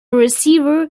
receiver